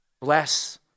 Bless